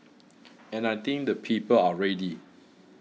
and I think the people are ready